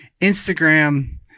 Instagram